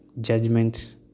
judgment